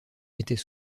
était